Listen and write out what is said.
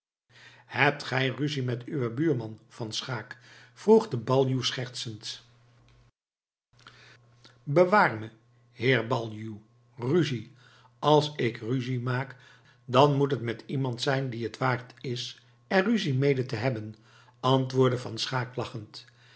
hebt gij ruzie met uwen buurman van schaeck vroeg de baljuw schertsend bewaar me heer baljuw ruzie als ik ruzie maak dan moet het met iemand zijn die het waard is er ruzie mede te hebben antwoordde van